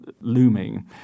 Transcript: looming